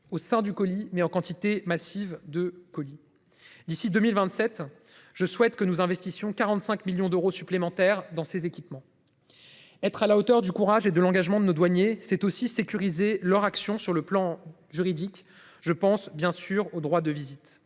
au sein du colis mais en quantité massive de colis d'ici 2027. Je souhaite que nous investissions 45 millions d'euros supplémentaires dans ces équipements. Être à la hauteur du courage et de l'engagement de nos douaniers c'est aussi sécuriser leur action sur le plan juridique, je pense bien sûr au droit de visite,